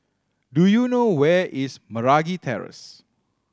do you know where is Meragi Terrace